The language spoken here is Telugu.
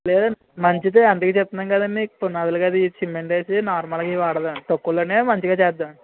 లేదండి మంచిదే అందుకే చెప్తున్నాము కదండి పునాదులకి అదీ సిమెంట్ అయితే నార్మల్ అవి వాడదామండి తక్కువలోనే మంచిగా చేద్దామండి